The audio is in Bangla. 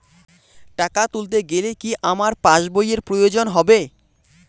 টাকা তুলতে গেলে কি আমার পাশ বইয়ের প্রয়োজন হবে?